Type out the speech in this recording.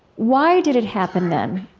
why did it happen then?